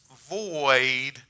void